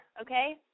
Okay